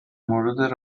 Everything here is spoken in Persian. مورد